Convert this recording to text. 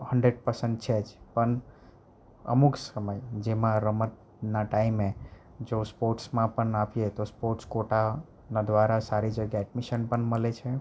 hundred percent છે જ પણ અમુક સમયે જેમાં રમતના ટાઈમે જો સ્પોર્ટ્સમાં પણ આપીએ તો સ્પોર્ટ કોટાના દ્વારા સારી જગ્યાએ એડમિશન પણ મળે છે